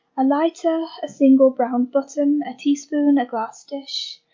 a lighter, a single brown button, a teaspoon, a glass dish,